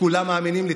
כולם מאמינים לי.